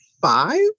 five